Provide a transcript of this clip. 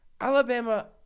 Alabama